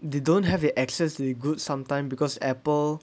they don't have the access the goods sometime because Apple